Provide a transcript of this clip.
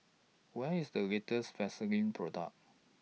What IS The latest Vaselin Product